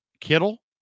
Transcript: Kittle